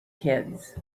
kids